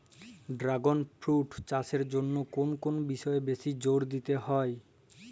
Dragon fruit চাষের জন্য কোন কোন বিষয়ে বেশি জোর দিতে হয়?